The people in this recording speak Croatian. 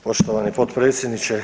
Poštovani potpredsjedniče.